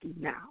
now